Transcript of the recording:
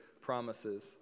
promises